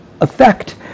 effect